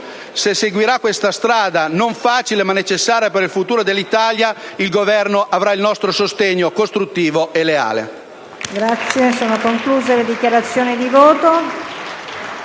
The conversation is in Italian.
Se seguirà questa strada, non facile ma necessaria per il futuro dell'Italia, il Governo avrà il nostro sostegno costruttivo e leale.